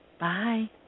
Bye